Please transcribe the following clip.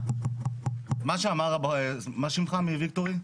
מה שאמר, מה שמך מויקטורי?